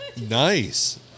Nice